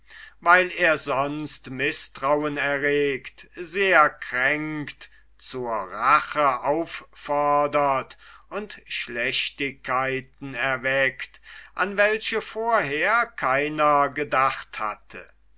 weil er sonst mißtrauen erregt sehr kränkt zur rache auffordert und schlechtigkeiten erweckt an welche vorher keiner gedacht hatte